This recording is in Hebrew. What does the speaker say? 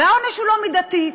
והעונש הוא לא מידתי,